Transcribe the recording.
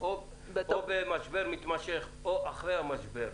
במשבר מתמשך או אחרי המשבר,